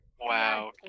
Wow